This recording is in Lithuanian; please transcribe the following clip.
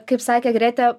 kaip sakė gretė